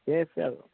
ঠিকে আছে